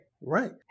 Right